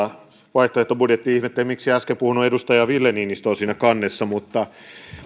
vaihtoehtobudjetti ja ihmettelen miksi äsken puhunut edustaja ville niinistö on siinä kannessa mutta